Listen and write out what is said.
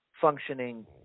functioning